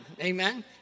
Amen